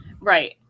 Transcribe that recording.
Right